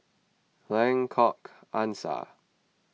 Lengkok Angsa